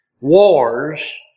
Wars